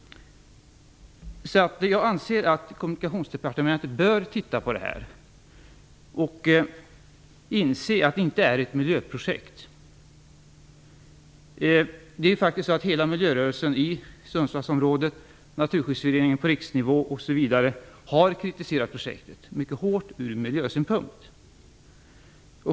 Jag anser att Kommunikationsdepartementet bör titta på det här och inse att det inte är fråga om ett miljöprojekt. Bl.a. hela miljörörelsen i Sundsvallsområdet och Naturskyddsföreningen på riksnivå har mycket hårt kritiserat projektet från miljösynpunkt.